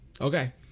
Okay